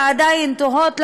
ועדיין תוהות,